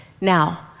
Now